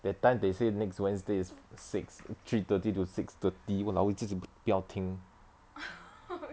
that time they say next wednesday is six three thirty to six thirty !walao! eh 自己不不要听